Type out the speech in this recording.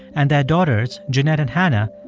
and their daughters, jeanette and hannah,